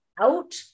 out